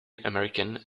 american